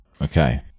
Okay